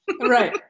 Right